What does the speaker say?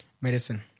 Medicine